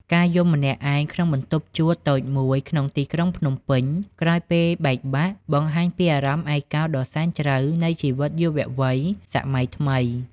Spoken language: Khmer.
ការយំម្នាក់ឯងក្នុងបន្ទប់ជួលតូចមួយក្នុងទីក្រុងភ្នំពេញ ក្រោយពេលបែកបាក់ បង្ហាញពីអារម្មណ៍ឯកោដ៏សែនជ្រៅនៃជីវិតយុវវ័យសម័យថ្មី។